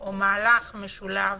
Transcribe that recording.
או ממהלך משולב,